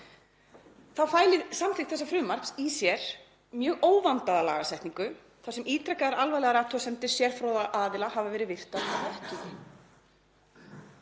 Þá felur samþykkt þessa frumvarps í sér mjög óvandaða lagasetningu þar sem ítrekaðar alvarlegar athugasemdir sérfróðra aðila hafa verið virtar að vettugi.